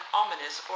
ominous